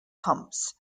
pumps